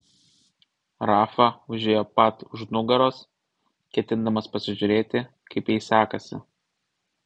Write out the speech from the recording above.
rafa užėjo pat už nugaros ketindamas pasižiūrėti kaip jai sekasi